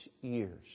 years